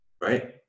Right